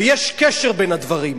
ויש קשר בין הדברים,